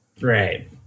right